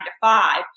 five